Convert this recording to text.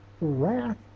wrath